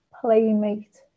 playmate